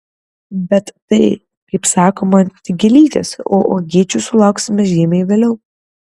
bet tai kaip sakoma tik gėlytės o uogyčių sulauksime žymiai vėliau